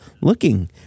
looking